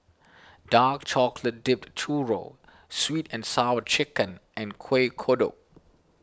Dark Chocolate Dipped Churro Sweet and Sour Chicken and Kuih Kodok